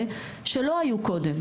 שלא היו קודם.